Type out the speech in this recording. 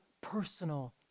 personal